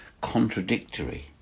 contradictory